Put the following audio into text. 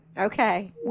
Okay